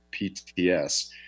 PTS